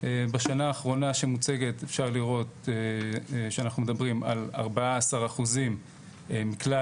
בשנה האחרונה שמוצגת אפשר לראות שאנחנו מדברים על 14% מכלל